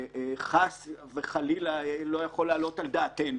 חס וחלילה, לא יכול להעלות על דעתנו.